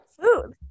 food